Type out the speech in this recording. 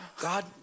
God